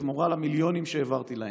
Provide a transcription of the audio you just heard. בתמורה למיליונים שהעברתי להם.